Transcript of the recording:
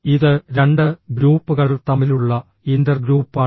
ഇത് രണ്ട് ഗ്രൂപ്പുകൾ തമ്മിലുള്ള ഇന്റർഗ്രൂപ്പാണ്